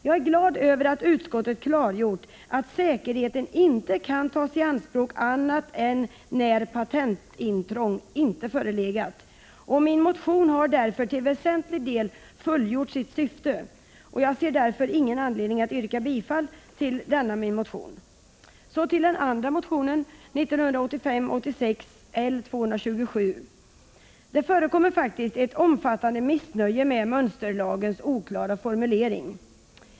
Jag är glad över att utskottet klargjort att säkerheten inte kan tas i anspråk annat än när patentintrång inte förelegat, och min motion har därför till väsentlig del fullgjort sitt syfte. Jag ser därför ingen anledning yrka bifall till denna min motion. Det förekommer faktiskt ett omfattande missnöje med mönsterlagens oklara formulering.